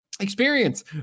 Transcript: Experience